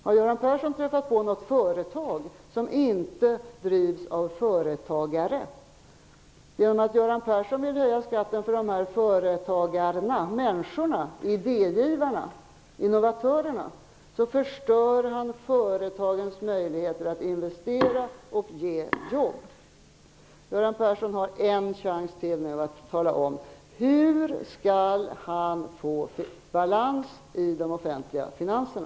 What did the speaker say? Har Göran Persson träffat på något företag som inte drivs av en företagare? Genom att Göran Persson vill höja skatten för företagarna -- människorna, idégivarna, innovatörerna -- förstör han företagens möjligheter att investera och erbjuda jobb. Göran Persson har en chans till att tala om hur han skall få balans i de offentliga finanserna.